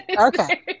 okay